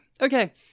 Okay